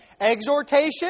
Exhortation